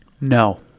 No